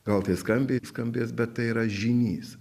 gal tai skambiai skambės bet tai yra žynys